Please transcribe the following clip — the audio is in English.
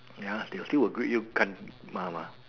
ya they still will greet you 干妈 mah